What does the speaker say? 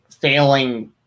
failing –